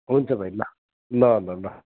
हुन्छ भाइ ल ल ल ल